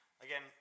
again